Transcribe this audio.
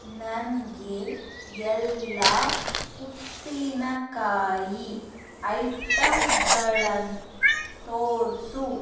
ನನಗೆ ಎಲ್ಲ ಉಪ್ಪಿನಕಾಯಿ ಐಟಮ್ಗಳನ್ನ ತೋರಿಸು